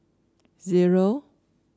zero